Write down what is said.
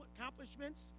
accomplishments